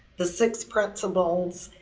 the six principles